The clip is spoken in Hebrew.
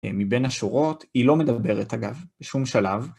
מבין השורות, היא לא מדברת אגב, בשום שלב.